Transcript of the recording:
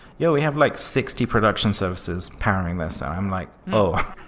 yo, we have like sixty production services paralleling this. i'm like, oh.